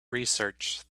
research